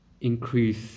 increase